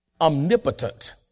omnipotent